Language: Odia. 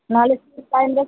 ନହେଲେ ଠିକ୍ ଟାଇମ୍ରେ